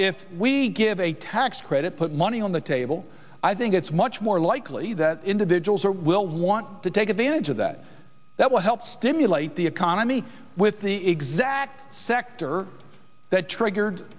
if we give a tax credit put money on the table i think it's much more likely that individuals are will want to take advantage of that that will help stimulate the economy with the exact sector that triggered